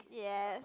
yes